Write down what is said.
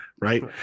Right